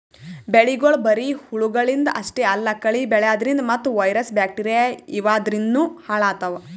ಬೆಳಿಗೊಳ್ ಬರಿ ಹುಳಗಳಿಂದ್ ಅಷ್ಟೇ ಅಲ್ಲಾ ಕಳಿ ಬೆಳ್ಯಾದ್ರಿನ್ದ ಮತ್ತ್ ವೈರಸ್ ಬ್ಯಾಕ್ಟೀರಿಯಾ ಇವಾದ್ರಿನ್ದನೂ ಹಾಳಾತವ್